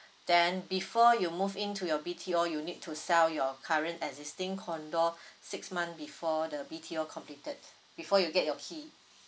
then before you move in to your B_T_O you need to sell your current existing condo six month before the B_T_O completed before you get your key